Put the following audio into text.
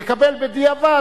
יקבל בדיעבד.